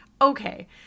Okay